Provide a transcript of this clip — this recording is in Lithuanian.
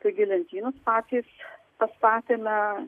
taigi lentynas patys pastatėme